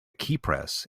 keypress